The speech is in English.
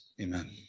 Amen